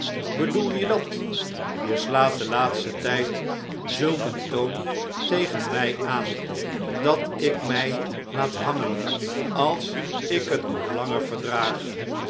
bedoel je dat je slaat den laatsten tijd zulk een toon tegen mij aan dat ik mij laat hangen als ik het nog langer verdraag